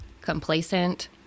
complacent